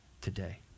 today